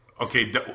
Okay